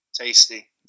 Tasty